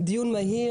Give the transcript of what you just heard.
הצעה לדיון מהיר